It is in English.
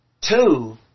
two